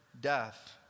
death